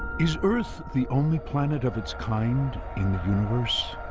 is earth the only planet of its kind in the universe,